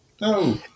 no